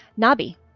Nabi